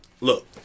Look